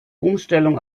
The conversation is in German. umstellung